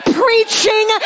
preaching